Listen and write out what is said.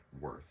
worth